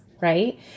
right